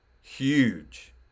huge